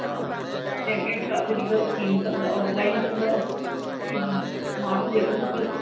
और पेमेंट किथे ॾींदव कीअं ॾींदव ऑनलाइन कंदव की माण्हू जे हथ मोकिलींदव